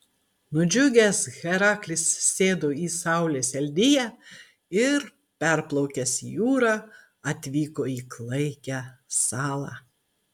nudžiugęs heraklis sėdo į saulės eldiją ir perplaukęs jūrą atvyko į klaikią salą